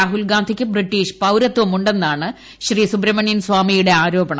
രാഹുൽഗാന്ധിക്ക് British പൌരത്വം ഉണ്ടെന്നാണ് സുബ്രഹ്മണ്യം സ്വാമിയുടെ ആരോപണം